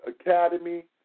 Academy